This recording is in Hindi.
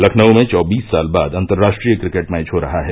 लखनऊ में चौबीस साल बाद अंतर्राष्ट्रीय क्रिकेट मैच हो रहा है